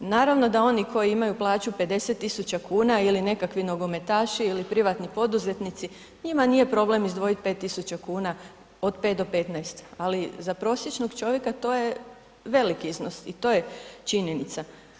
Naravno da oni koji imaju plaću 50 tisuća kuna ili nekakvi nogometaši ili privatni poduzetnici, njima nije problem izdvojiti 5 tisuća kuna, od 5 do 15, ali za prosječnog čovjeka, to je veliki iznos i to je činjenica.